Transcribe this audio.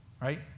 right